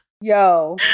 Yo